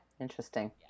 Interesting